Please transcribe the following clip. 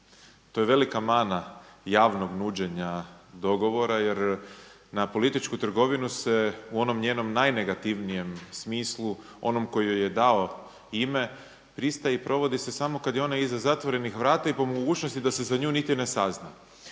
To je velika mana javnog nuđenja dogovora jer na političku trgovinu se u onom njenom najnegativnijem smislu, onom koji joj je dao ime pristaje i provodi se samo kada je ona iza zatvorenih vrata i po mogućnosti da se za nju niti ne sazna.